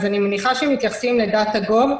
אז אני מניחה שהם מתייחסים לדאטה.גוב.